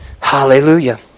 Hallelujah